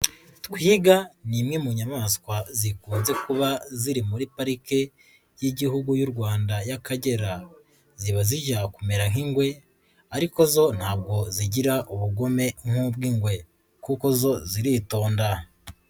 Twiga ni imwe mu nyamaswa zikunze kuba ziri muri Parike y'Igihugu y'u Rwanda y'Akagera, ziba zijya kumera nk'ingwe ariko zo ntabwo zigira ubugome nk'uw'ingwe kuko zo ziritonda.